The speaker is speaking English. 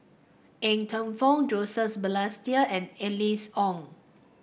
Ng Teng Fong Balestier and Alice Ong